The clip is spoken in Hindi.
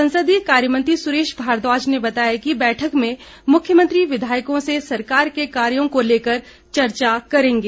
संसदीय कार्यमंत्री सुरेश भारद्वाज ने बताया कि बैठक में मुख्यमंत्री विधायकों से सरकार के कार्यों को लेकर चर्चा करेंगे